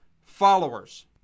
followers